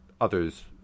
others